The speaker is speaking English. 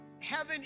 Heaven